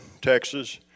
Texas